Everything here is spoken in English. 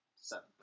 Seven